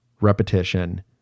repetition